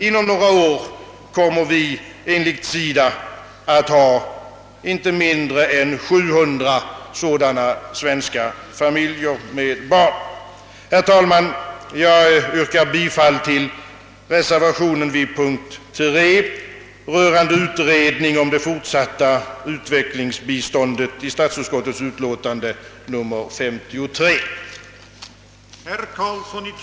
Inom några år kommer vi enligt SIDA att ha inte mindre än 700 sådana svenska familjer med barn. Herr talman! Jag yrkar bifall till reservationen i statsutskottets utlåtande nr 53 vid punkt 3 rörande utredning om det fortsatta utvecklingsbiståndet.